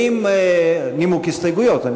אני מתכוון לנימוק הסתייגויות.